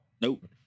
Nope